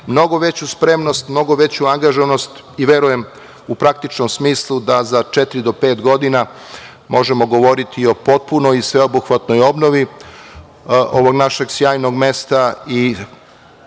mnogo veću spremnost, mnogo veću angažovanost i verujem, u praktičnom smislu da za četiri do pet godina možemo govoriti o potpunoj i sveobuhvatnoj obnovi ovog našeg sjajnog mesta i